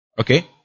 Okay